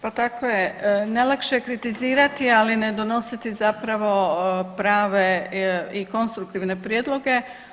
Pa tako je, najlakše je kritizirati ali ne donositi zapravo prave i konstruktivne prijedloge.